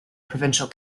provincial